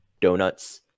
donuts